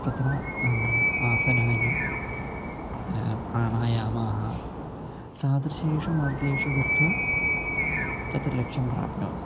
तत्र आसनानि प्राणायामाः तादृशेषु मार्गेषु गत्वा तत्र लक्ष्यं प्राप्नोति